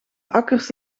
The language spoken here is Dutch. akkers